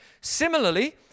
Similarly